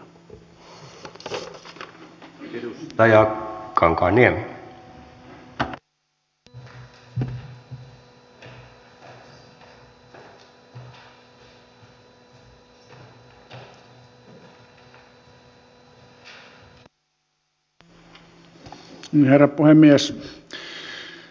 herra puhemies